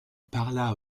parla